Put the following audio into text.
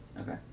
okay